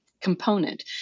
component